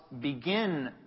begin